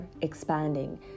expanding